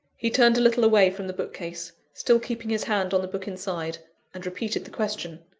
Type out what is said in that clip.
he turned a little away from the bookcase still keeping his hand on the book inside and repeated the question.